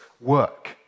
work